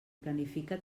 planifica